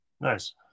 nice